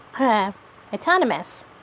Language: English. autonomous